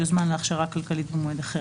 יוזמן להכשרה כלכלית במועד אחר,